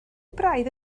braidd